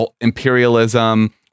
imperialism